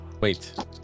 Wait